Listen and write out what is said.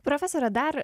profesore dar